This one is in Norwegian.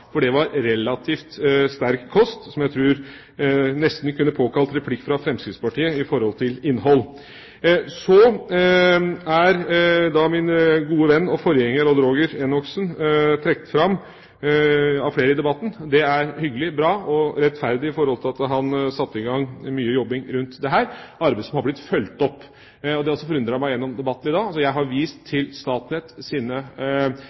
for det var relativt sterk kost. Jeg tror nesten det kunne påkalt replikk fra Fremskrittspartiet når det gjelder innhold. Min gode venn og forgjenger Odd Roger Enoksen er trukket fram av flere i debatten. Det er hyggelig, bra og rettferdig fordi han satte i gang mye jobbing rundt dette, arbeid som er fulgt opp. Noe har også forundret meg i debatten i dag. Jeg har vist